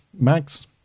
Mags